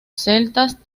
celtas